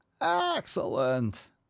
Excellent